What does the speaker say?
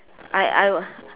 I I was